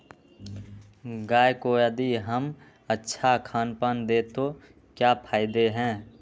गाय को यदि हम अच्छा खानपान दें तो क्या फायदे हैं?